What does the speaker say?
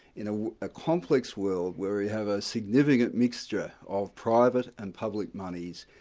in ah a complex world where we have a significant mixture of private and public monies,